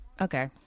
Okay